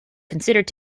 considered